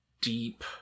deep